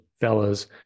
fellas